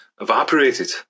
evaporated